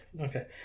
Okay